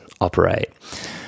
operate